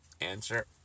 Answer